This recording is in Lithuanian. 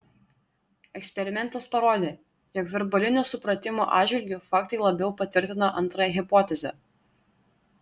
eksperimentas parodė jog verbalinio supratimo atžvilgiu faktai labiau patvirtina antrąją hipotezę